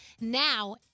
Now